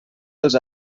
dels